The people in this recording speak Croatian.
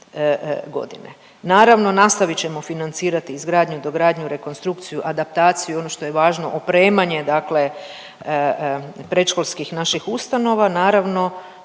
2030.g.. Naravno nastavit ćemo financirati izgradnju, dogradnju, rekonstrukciju, adaptaciju, ono što je važno opremanje dakle predškolskih naših ustanova, naravno